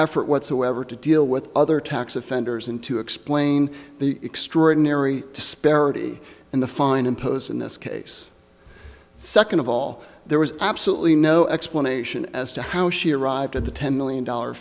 effort whatsoever to deal with other tax offenders and to explain the extraordinary disparity in the fine imposed in this case second of all there was absolutely no explanation as to how she arrived at the ten million dollar